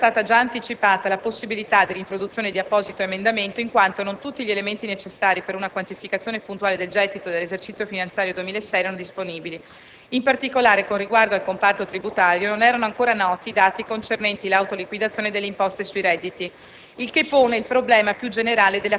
Peraltro, era stata già anticipata la possibilità dell'introduzione di apposito emendamento, in quanto non tutti gli elementi necessari per una quantificazione puntuale del gettito dell'esercizio finanziario 2006 erano disponibili; in particolare, con riguardo al comparto tributario, non erano ancora noti i dati concernenti l'autoliquidazione delle imposte sui redditi,